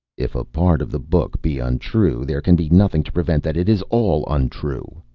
if a part of the book be untrue, there can be nothing to prevent that it is all untrue,